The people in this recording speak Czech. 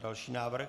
Další návrh.